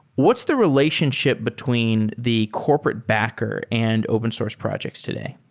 what's the relationship between the corporate backer and open source projects today?